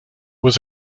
was